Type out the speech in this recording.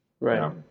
Right